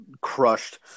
crushed